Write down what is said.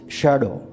shadow